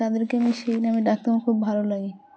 তাদেরকে আমি সেই নামে আমি ডাকতে আমার খুব ভালো লাগে